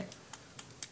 כן.